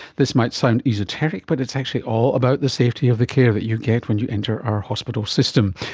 this might sound esoteric but it's actually all about the safety of the care that you get when you enter our hospital system.